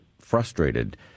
frustrated